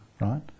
right